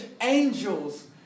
angels